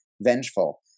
vengeful